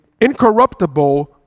incorruptible